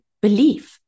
belief